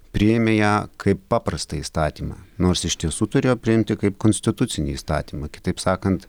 priėmė ją kaip paprastą įstatymą nors iš tiesų turėjo priimti kaip konstitucinį įstatymą kitaip sakant